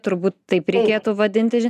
turbūt taip reikėtų vadinti